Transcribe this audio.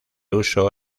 uso